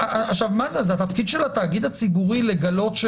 זה התפקיד של התאגיד הציבורי לגלות?